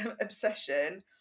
obsession